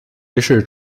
于是